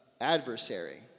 adversary